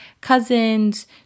cousins